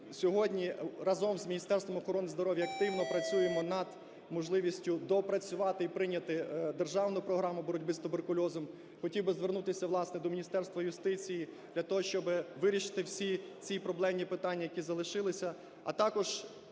сьогодні разом з Міністерством охорони здоров'я активно працюємо над можливістю доопрацювати і прийняти державну програму боротьби з туберкульозом. Хотів би звернутися, власне, до Міністерства юстиції для того, щоб вирішити всі ці проблемні питання, які залишилися, а також